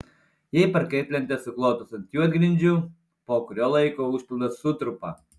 jei parketlentės suklotos ant juodgrindžių po kurio laiko užpildas sutrupa